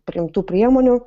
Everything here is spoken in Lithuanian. priimtų priemonių